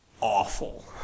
awful